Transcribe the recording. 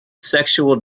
sexual